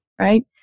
right